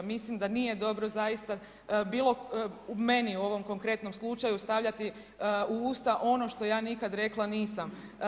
Mislim a nije dobro zaista, u meni u ovom konkretnom slučaju stavljati u usta ono što ja nikada rekla nisam.